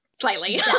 slightly